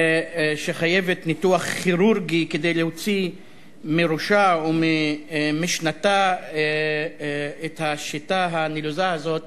שחייבת ניתוח כירורגי כדי להוציא מראשה או ממשנתה את השיטה הנלוזה הזאת,